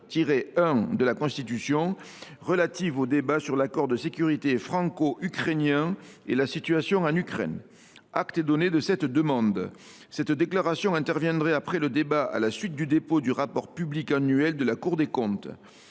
50 1 de la Constitution, relative au débat sur l’accord de sécurité franco ukrainien et la situation en Ukraine. Acte est donné de cette demande. Cette déclaration interviendrait après le débat à la suite du dépôt du rapport public annuel de la Cour des comptes.